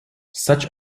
such